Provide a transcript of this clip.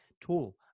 tool